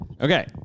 Okay